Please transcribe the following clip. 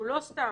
הוא לא סתם.